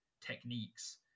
techniques